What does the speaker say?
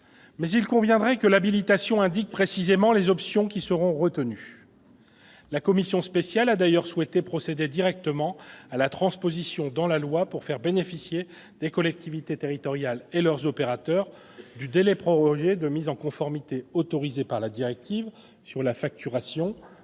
Mais il conviendrait que l'habilitation indique précisément les options qui seront retenues. La commission spéciale a d'ailleurs souhaité procéder directement à la transposition dans la loi pour faire bénéficier les collectivités territoriales et leurs opérateurs du délai prorogé de mise en conformité autorisé par la directive sur la facturation